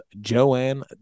Joanne